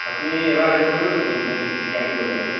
আপুনি এবাৰ আহিব পাৰিব নেকি মানে শি শিকাই দিবলৈ মানে